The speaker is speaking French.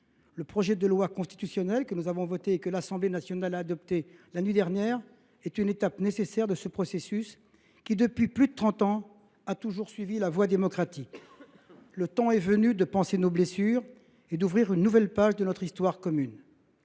Le projet de loi constitutionnelle que nous avons voté et que l’Assemblée nationale a adopté la nuit dernière est une étape nécessaire de ce processus, qui, depuis plus de trente ans, a toujours suivi la voie démocratique. Le temps est venu de panser nos blessures et d’ouvrir une nouvelle page de notre histoire commune.